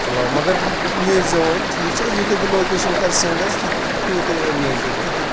چِلَو مگر نیٖر زٮ۪و وَنۍ ٹھیٖک چھِ حظ یُتھُے بہٕ لوکیشَن کَرٕ سٮ۪نٛڈ حظ تہٕ تیوٗتٕے نیٖر زٮ۪و تِتھٕے